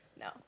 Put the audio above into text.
No